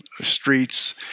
streets